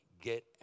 get